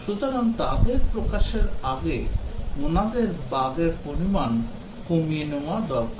সুতরাং তাদের প্রকাশের আগে ওনাদের বাগ এর পরিমাণ কমিয়ে নেওয়া দরকার